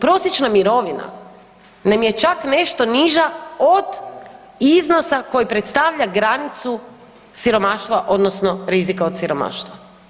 Prosječna mirovina nam je čak nešto niža od iznosa koji predstavlja granicu siromaštva, odnosno rizika od siromaštva.